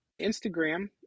Instagram